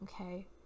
Okay